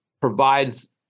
provides